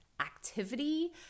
activity